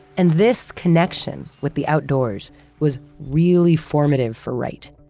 and this connection with the outdoors was really formative for wright.